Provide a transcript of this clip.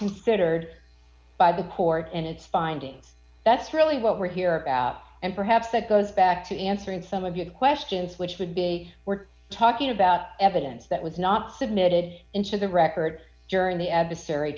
considered by the port and its findings that's really what we're here out and perhaps that goes back to answering some of your questions which would be we're talking about evidence that was not submitted into the record during the adversary